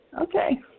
Okay